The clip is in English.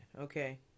Okay